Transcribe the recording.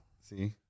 See